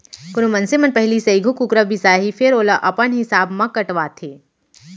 कोनो मनसे मन पहिली सइघो कुकरा बिसाहीं फेर ओला अपन हिसाब म कटवाथें